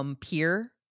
peer